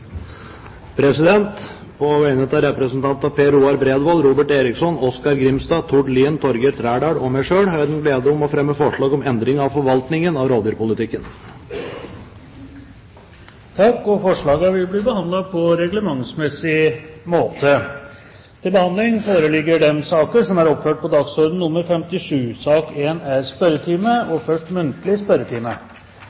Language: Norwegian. På vegne av representantene Per Roar Bredvold, Robert Eriksson, Oskar Jarle Grimstad, Tord Lien, Torgeir Trældal og meg selv har jeg den glede å fremme forslag om endring av forvaltningen av rovdyrpolitikken. Forslagene vil bli behandlet på reglementsmessig måte. Stortinget mottok mandag meddelelse fra Statsministerens kontor om at følgende statsråder vil møte til muntlig spørretime: